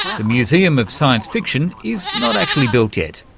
the museum of science fiction is not actually built yet.